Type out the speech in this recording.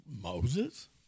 Moses